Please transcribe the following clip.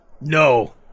No